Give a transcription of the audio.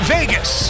Vegas